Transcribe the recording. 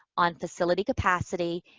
on facility capacity,